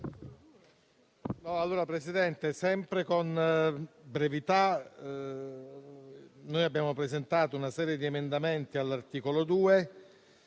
Signora Presidente, sempre con brevità, noi abbiamo presentato una serie di emendamenti all'articolo 2.